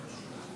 הכנסת,